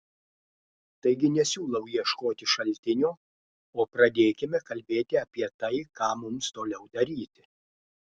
taigi nesiūlau ieškoti šaltinio o pradėkime kalbėti apie tai ką mums toliau daryti